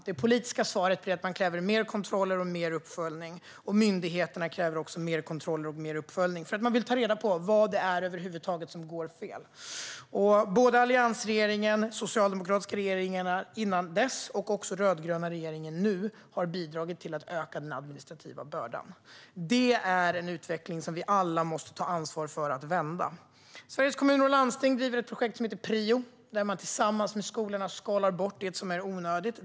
Det politiska svaret är att man kräver mer kontroller och uppföljning, och myndigheterna kräver också mer kontroll och uppföljning, för man vill ta reda på vad det över huvud taget är som går fel. Alliansregeringen, de socialdemokratiska regeringarna innan dess och också den rödgröna regeringen nu har bidragit till att öka den administrativa bördan. Det är en utveckling som vi alla måste ta ansvar för att vända. Sveriges Kommuner och Landsting driver ett projekt som heter PRIO, där man tillsammans med skolorna skalar bort det som är onödigt.